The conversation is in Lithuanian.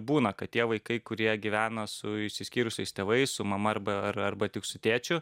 būna kad tie vaikai kurie gyvena su išsiskyrusiais tėvais su mama arba ar arba tik su tėčiu